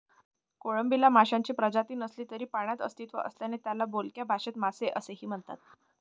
कोळंबीला माशांची प्रजाती नसली तरी पाण्यात अस्तित्व असल्याने त्याला बोलक्या भाषेत मासे असे म्हणतात